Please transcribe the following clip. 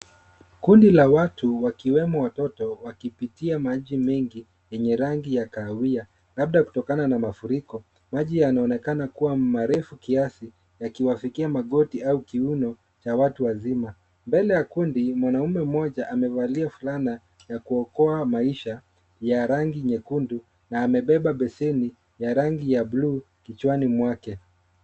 Kundi la watu wakiwemo watoto wakipitia maji mengi yenye rangi ya kahawia labda kutokana na mafuriko, maji yanaonekana kuwa marefu kiasi yakiwafikia magoti au kiuno cha watu wazima. Mbele ya kundi mwaume mmoja amevalia fulana ya kuokoa maisha ya rangi nyekundu na amebeba besheni ya rangi ya bluu kichwani mwake.